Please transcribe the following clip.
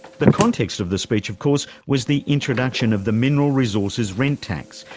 the context of the speech, of course, was the introduction of the mineral resources rent tax,